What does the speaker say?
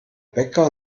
bäcker